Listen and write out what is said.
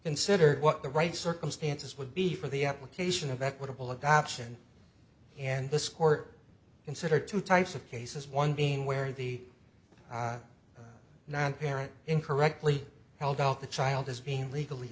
considered what the right circumstances would be for the application of equitable adoption and this court consider two types of cases one being where the non parent incorrectly held out the child as being legally